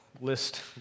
list